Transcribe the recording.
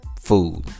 food